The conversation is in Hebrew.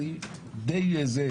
אני די זה,